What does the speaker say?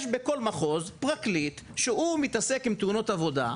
יש בכול מחוז פרקליט שמתעסק עם תאונות עבודה,